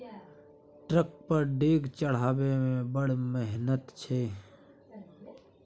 truck पर ढेंग चढ़ेबामे बड़ मिहनत छै